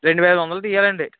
రెండు వేల ఐదు వందలు తీయాలండి